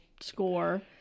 score